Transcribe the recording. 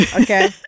Okay